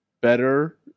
better